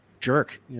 jerk